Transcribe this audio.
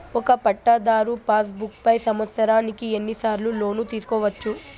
ఒక పట్టాధారు passbook పై సంవత్సరానికి ఎన్ని సార్లు లోను తీసుకోవచ్చు?